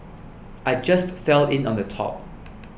I just fell in on the top